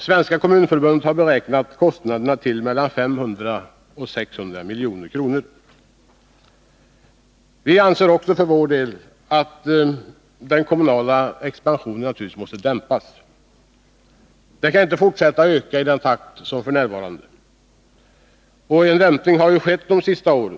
Svenska kommunförbundet har beräknat kostnaderna till mellan 500 och 600 milj.kr. Även vi anser att den kommunala expansionen måste dämpas. Den kan inte fortsätta att öka i samma takt som hittills. En dämpning har också skett det senaste året.